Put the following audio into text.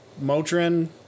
Motrin